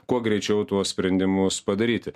kuo greičiau tuos sprendimus padaryti